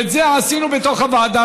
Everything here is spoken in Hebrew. ואת זה עשינו בתוך הוועדה,